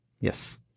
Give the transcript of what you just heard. Yes